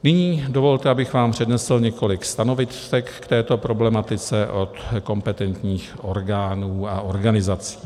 Nyní dovolte, abych vám přednesl několik stanovisek k této problematice od kompetentních orgánů a organizací.